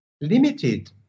limited